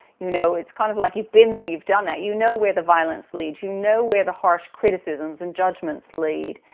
you know, it's kind of like you've been there. you've done that. you know where the violence leads. you know where the harsh criticisms and judgments lead.